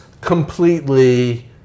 completely